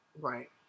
right